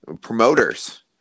promoters